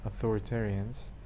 authoritarians